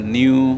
new